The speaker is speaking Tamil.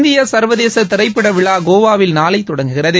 இந்திய சா்வதேச திரைப்படவிழா கோவாவில் நாளை தொடங்குகிறது